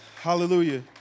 Hallelujah